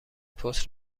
پست